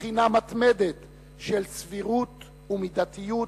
ובחינה מתמדת של סבירות ומידתיות